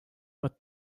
but